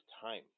time